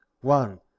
one